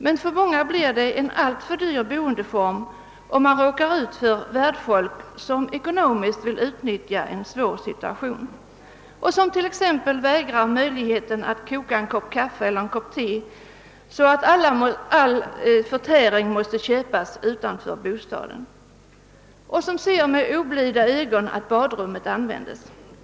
Men för många personer blir detta en alltför dyr boendeform, om deras värdfolk ekonomiskt vill utnyttja en svår situation. Hyresgästen kan t.ex. vägras möjligheten att koka en kopp kaffe eller te, så att all förtäring måste köpas utanför bostaden, och värdfolket kan vidare se med oblida ögon på att badrummet användes av den inneboende.